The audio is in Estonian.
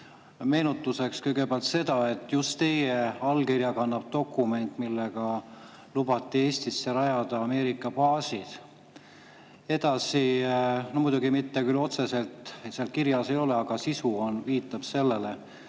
Meenutuseks kõigepealt seda, et just teie allkirja kannab dokument, millega lubati Eestis rajada Ameerika baasid. No muidugi mitte küll otseselt seal seda kirjas ei ole, aga sisu viitab sellele.